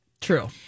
True